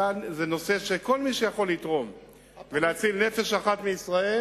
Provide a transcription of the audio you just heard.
כאן זה נושא שכל מי שיכול לתרום ולהציל נפש אחת מישראל,